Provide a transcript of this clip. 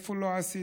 איפה לא עשיתי.